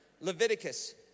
Leviticus